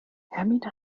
hermine